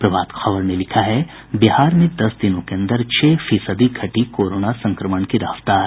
प्रभात खबर ने लिखा है बिहार में दस दिनों के अन्दर छह फीसदी घटी कोरोना संक्रमण की रफ्तार